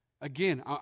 Again